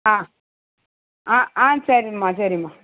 ஆ ஆ ஆ சரிம்மா சரிம்மா